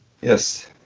Yes